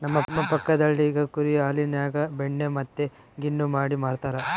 ನಮ್ಮ ಪಕ್ಕದಳ್ಳಿಗ ಕುರಿ ಹಾಲಿನ್ಯಾಗ ಬೆಣ್ಣೆ ಮತ್ತೆ ಗಿಣ್ಣು ಮಾಡಿ ಮಾರ್ತರಾ